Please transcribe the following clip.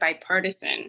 bipartisan